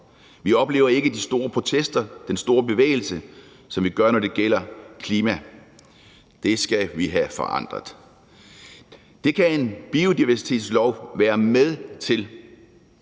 Vi oplever ikke de store protester, den store bevægelse, som vi gør, når det gælder klima. Det skal vi have forandret. Det kan en biodiversitetslov være med til.